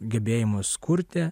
gebėjimus kurti